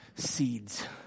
seeds